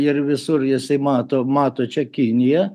ir visur jisai mato mato čia kiniją